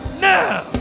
now